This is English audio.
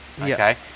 okay